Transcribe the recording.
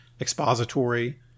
expository